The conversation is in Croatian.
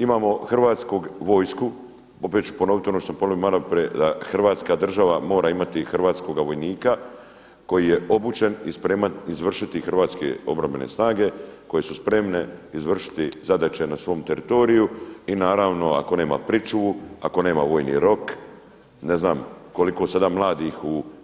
Imao Hrvatsku vojsku, opet ću ono što sam ponovio maloprije da hrvatska država mora imati hrvatskoga vojnika koje je obučen i spreman izvršiti hrvatske obrambene snage koje su spremne izvršiti zadaće na svom teritoriju i naravno ako nema pričuvu, ako nema vojni rok ne znam koliko sada mladih